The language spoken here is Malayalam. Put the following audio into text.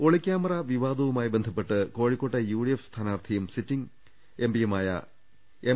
ഒളിക്യാമറാ വിവാദവുമായി ബന്ധപ്പെട്ട് കോഴിക്കോട്ടെ യുഡി എഫ് സ്ഥാനാർഥിയും സിറ്റിംഗ് എം പിയുമായ എം